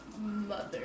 Mother